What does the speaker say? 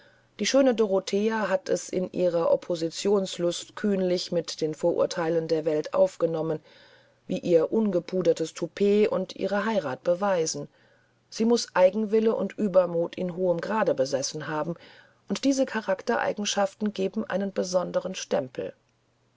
die schöne dorothea hat es in ihrer oppositionslust kühnlich mit den vorurteilen der welt aufgenommen wie ihr ungepudertes toupet und ihre heirat beweisen sie muß eigenwillen und uebermut in hohem grade besessen haben und diese charaktereigenschaften geben einen besonderen stempel